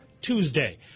Tuesday